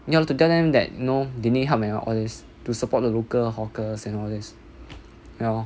you have to tell them that you know they need help and all this to support the local hawkers and all this you know